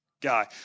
guy